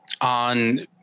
on